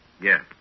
Yes